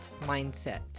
mindset